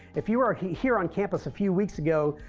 if you are here on campus a few weeks ago.